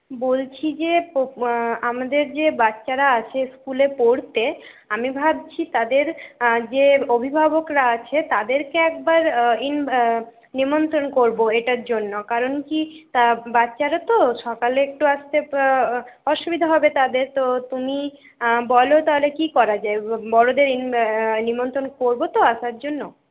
বলছি যে আমাদের যে বাচ্চারা আসে স্কুলে পড়তে আমি ভাবছি তাদের যে অভিভাবকরা আছে তাদেরকে একবার ইন নিমন্তন্ন করবো এটার জন্য কারণ কী তা বাচ্চারা তো সকালে একটু আসতে তা অসুবিধা হবে তাদের তো তুমি বলো তাহলে কী করা যায় বড়োদের ইন নিমন্তন্ন করবো তো আসার জন্য